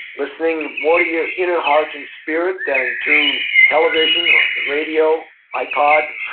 listening more to your inner heart and spirit than and to television or the radio, ipod.